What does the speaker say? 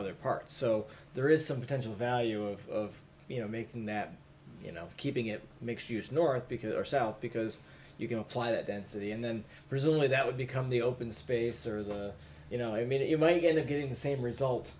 other parts so there is some potential value of you know making that you know keeping it makes use north because our south because you can apply that density and then presumably that would become the open space or the you know i mean you might get it getting the same result